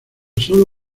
solo